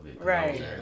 Right